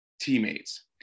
teammates